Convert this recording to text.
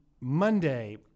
Monday